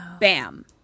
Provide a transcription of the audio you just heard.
Bam